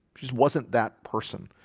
she's wasn't that person?